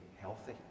healthy